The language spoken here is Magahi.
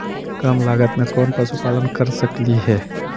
कम लागत में कौन पशुपालन कर सकली हे?